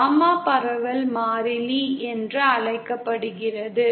gamma பரவல் மாறிலி என்று அழைக்கப்படுகிறது